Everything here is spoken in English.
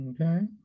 Okay